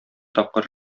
тапкыр